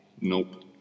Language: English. Nope